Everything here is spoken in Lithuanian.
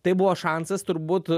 tai buvo šansas turbūt